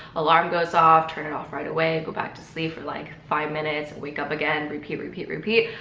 alarm goes off, turn it off right away. go back to sleep for like five minutes, wake up again. repeat, repeat, repeat.